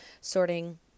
sorting